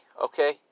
Okay